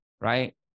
Right